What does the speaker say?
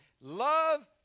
Love